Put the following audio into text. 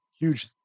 Huge